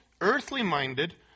earthly-minded